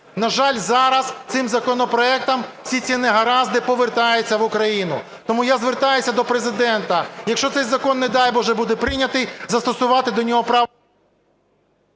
На жаль, зараз цим законопроектом всі ці негаразди повертаються в Україну. Тому я звертаюся до Президента. Якщо цей закон, не дай Боже, буде прийнятий, застосувати до нього...